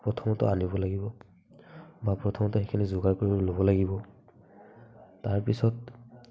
প্ৰথমতে আনিব লাগিব বা প্ৰথমতে সেইখিনি যোগাৰ কৰি ল'ব লাগিব তাৰপিছত